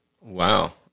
Wow